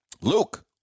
Luke